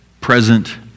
present